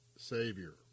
Savior